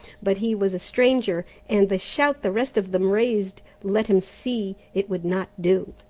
but he was a stranger and the shout the rest of them raised let him see it would not do,